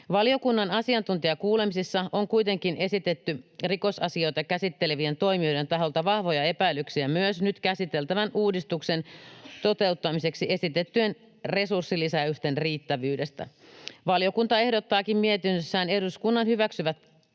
Valiokunnan asiantuntijakuulemisissa on kuitenkin esitetty rikosasioita käsittelevien toimijoiden taholta vahvoja epäilyksiä myös nyt käsiteltävän uudistuksen toteuttamiseksi esitettyjen resurssilisäysten riittävyydestä. Valiokunta ehdottaakin mietinnössään eduskunnan hyväksyttäväksi